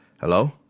Hello